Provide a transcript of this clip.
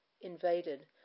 invaded